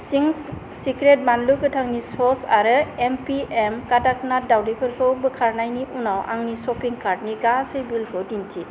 चिंस secret बानलु गोथांनि सस आरो एमपिएम काडागनाथ दावदैफोरखौ बोखारनायनि उनाव आंनि सपिं कार्टनि गासै बिलखौ दिन्थि